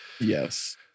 Yes